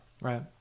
Right